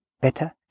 better